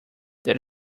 that